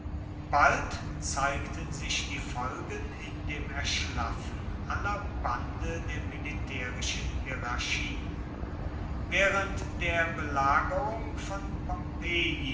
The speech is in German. bald zeigten sich die folgen in dem erschlaffen aller bande der militärischen hierarchie während der belagerung von